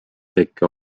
tekke